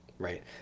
right